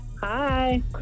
Hi